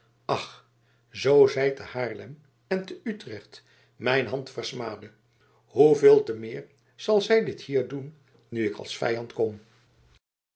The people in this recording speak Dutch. ach zoo zij te haarlem en te utrecht mijn hand versmaadde hoeveel te meer zal zij dit hier doen nu ik als vijand kom